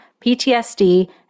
PTSD